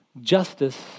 justice